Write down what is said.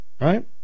Right